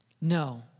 No